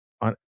on